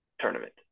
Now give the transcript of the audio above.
tournament